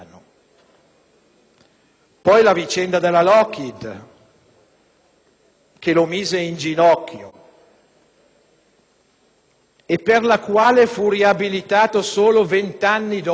Poi la vicenda della Lockheed, che lo mise in ginocchio e per la quale fu riabilitato solo vent'anni dopo: